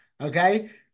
okay